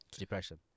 depression